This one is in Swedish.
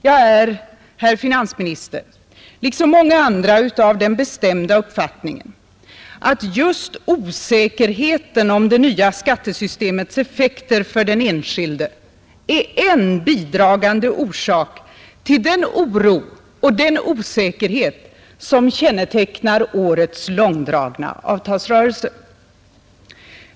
Jag är, herr finansminister, liksom många andra av den bestämda uppfattningen att just osäkerheten om det nya skattesystemets effekter för den enskilde är en bidragande orsak till den oro och osäkerhet som kännetecknar årets långdragna avtalsrörelse.